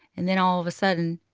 and then all of a sudden,